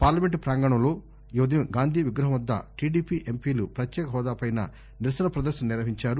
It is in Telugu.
పార్లమెంటు ప్రాంగణలో ఈ ఉదయం గాంధీ విగ్రహం వద్ద టిడిపి ఎంపీలు పత్యేక హోదాపై నిరసన పదర్శన నిర్వహించారు